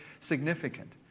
significant